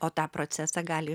o tą procesą gali